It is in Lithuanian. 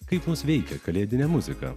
kaip mus veikia kalėdinė muzika